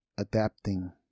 Adapting